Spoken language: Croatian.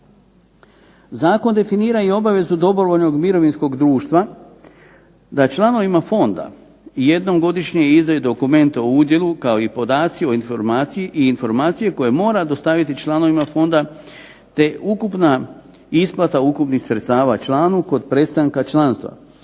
Zakon definira i obavezu dobrovoljnog mirovinskog društva da članovima fonda jednom godišnje izdaju dokumente o udjelu kao i podaci i informacije koje mora dostaviti članovima fonda, te ukupna isplata ukupnih sredstava članu kod prestanka članstva